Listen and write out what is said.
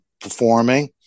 performing